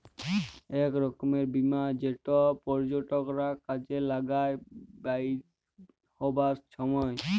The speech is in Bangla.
ইক রকমের বীমা যেট পর্যটকরা কাজে লাগায় বেইরহাবার ছময়